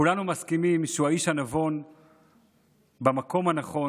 כולנו מסכימים שהוא האיש הנבון במקום הנכון.